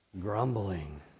Grumbling